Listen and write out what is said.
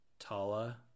Tala